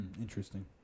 interesting